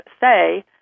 say